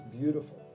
beautiful